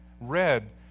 read